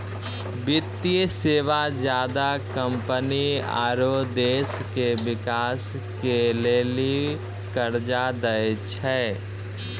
वित्तीय सेवा ज्यादा कम्पनी आरो देश के बिकास के लेली कर्जा दै छै